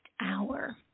hour